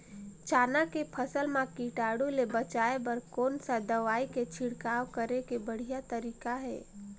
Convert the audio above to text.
चाना के फसल मा कीटाणु ले बचाय बर कोन सा दवाई के छिड़काव करे के बढ़िया तरीका हे?